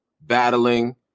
battling